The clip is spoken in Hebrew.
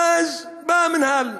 ואז, בא המינהל.